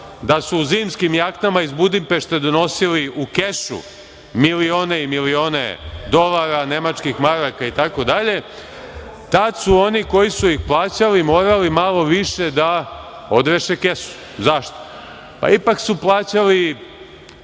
da su u zimskim jaknama iz Budimpešte donosili u kešu milione i milione dolara, nemačkih maraka itd, tad su oni koji su ih plaćali morali malo više da odreše kesu.Zašto? Pa, ipak su plaćali,